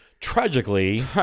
Tragically